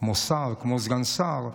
כמו שר, כמו סגן שר.